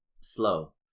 slow